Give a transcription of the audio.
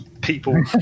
People